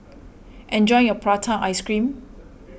enjoy your Prata Ice Cream